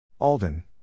Alden